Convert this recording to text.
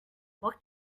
what